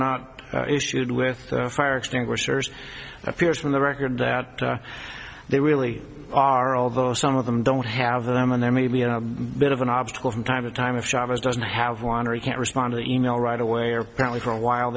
not issued with fire extinguishers appears from the record that they really are although some of them don't have them and there may be a bit of an obstacle from time to time of chavez doesn't have won or he can't respond to email right away or probably for a while